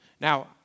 Now